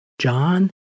John